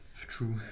True